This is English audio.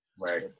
right